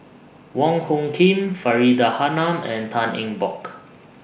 Wong Hung Khim Faridah Hanum and Tan Eng Bock